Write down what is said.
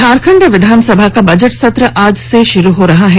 झारखंड विधानसभा का बजट सत्र आज से शुरू हो रहा है